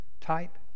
type